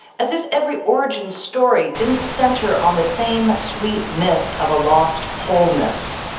as if every origin story didn't center on the same sweet myth of a lost wholeness,